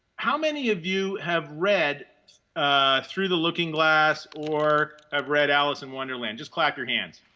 how many of you have read through the looking glass or have read alice in wonderland? just clap your hands.